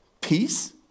Peace